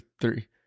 three